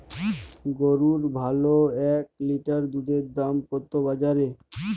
গরুর ভালো এক লিটার দুধের দাম কত বাজারে?